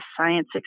science